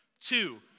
Two